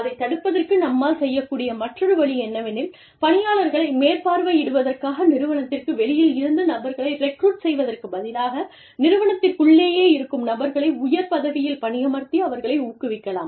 அதைத் தடுப்பதற்கு நம்மால் செய்யக் கூடிய மற்றொரு வழி என்னவெனில் பணியாளர்களை மேற்பார்வையிடுவதற்காக நிறுவனத்திற்கு வெளியில் இருந்து நபர்களை ரெக்ரூட் செய்வதற்குப் பதிலாக நிறுவனத்திற்குள்ளேயே இருக்கும் நபர்களை உயர் பதவியில் பணியமர்த்தி அவர்களை ஊக்குவிக்கலாம்